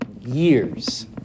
years